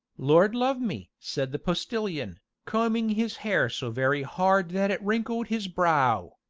lord love me! said the postilion, combing his hair so very hard that it wrinkled his brow.